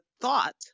thought